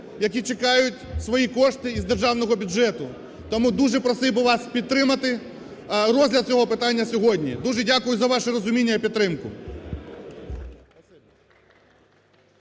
які чекають свої кошти із державного бюджету. Тому дуже просив би вас підтримати розгляд цього питання сьогодні. Дуже дякую за ваше розуміння і підтримку.